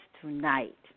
tonight